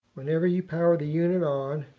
whenever you power the unit on,